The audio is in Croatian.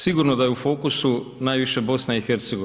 Sigurno da je u fokusu najviše BiH.